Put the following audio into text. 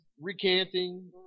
recanting